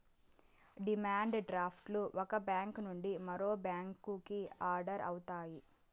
demand draft లు ఒక bank నుండి మరో బ్యాంకుకి ఆర్డర్ అవుతాయి